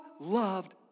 loved